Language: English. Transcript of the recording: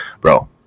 bro